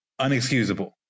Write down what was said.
unexcusable